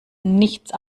nichts